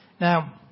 Now